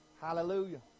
Hallelujah